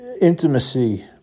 intimacy